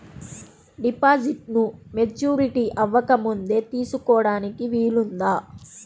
డిపాజిట్ను మెచ్యూరిటీ అవ్వకముందే తీసుకోటానికి వీలుందా?